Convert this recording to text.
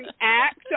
act